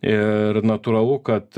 ir natūralu kad